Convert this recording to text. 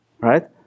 right